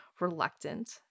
Reluctant